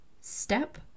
step